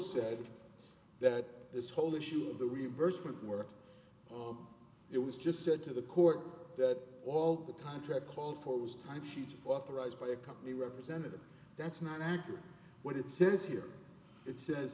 say that this whole issue of the reimbursement work it was just said to the court that all the contract called for was time sheets authorized by a company representative that's not accurate what it says here it says